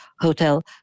Hotel